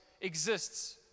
exists